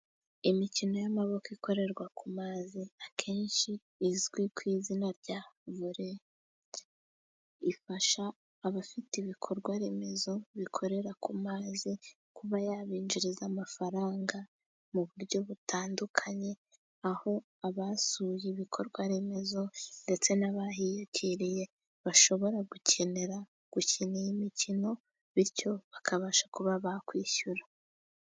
Imikino y'amaboko ikorerwa ku mazi , akenshi izwi ku izina rya vore. Ifasha abafite ibikorwa remezo bikorera ku mazi , kuba yabinjiriza amafaranga mu buryo butandukanye , aho abasuye ibikorwa remezo ndetse n'abahiyakiriye bashobora gukenera gukina iyi mikino , bityo bakabasha kuba bakwishyura.